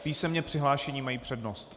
Písemně přihlášení mají přednost.